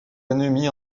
ennemis